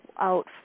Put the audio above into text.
out